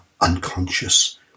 unconscious